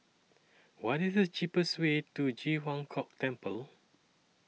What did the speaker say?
What IS The cheapest Way to Ji Huang Kok Temple